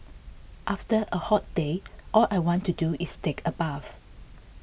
after a hot day all I want to do is take a bath